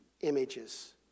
images